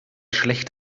schlecht